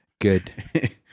Good